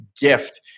gift